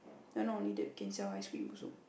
you're not only that we can sell ice cream also